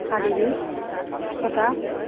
শাৰীৰিক সুস্থতা